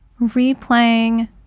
replaying